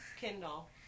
Kindle